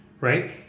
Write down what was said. right